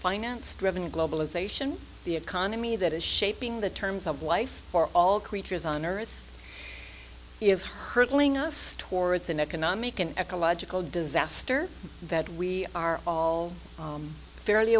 finance driven globalization the economy that is shaping the terms of life for all creatures on earth is hurtling us towards an economic and ecological disaster that we are all fairly